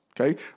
okay